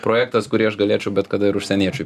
projektas kurį aš galėčiau bet kada ir užsieniečiui